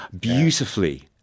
beautifully